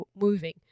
moving